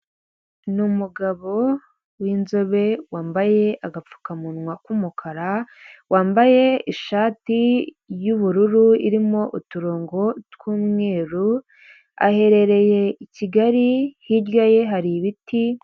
Ni umugabo w’inzobe wambaye agapfukamunwa k'umukara, wambaye ishati y’ubururu irimo uturongo tw’umweru aherereye i Kigali hirya ye hari ibiti.